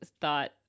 thought